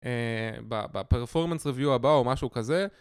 בפרפורמנס ריוויו הבא או משהו כזה